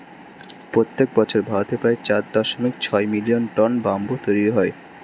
প্রত্যেক বছর ভারতে প্রায় চার দশমিক ছয় মিলিয়ন টন ব্যাম্বু তৈরী হয়